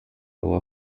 over